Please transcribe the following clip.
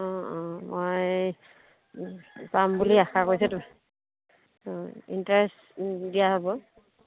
অঁ অঁ মই পাম বুলি আশা কৰিছোঁতো অঁ ইণ্টাৰেষ্ট দিয়া হ'ব